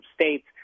states